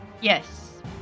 Yes